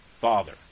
father